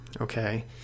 okay